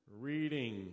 Reading